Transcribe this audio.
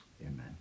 amen